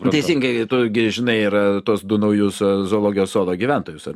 teisingai tu gi žinai ir tuos du naujus zoologijos sodo gyventojus ar